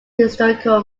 historical